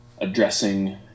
addressing